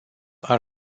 are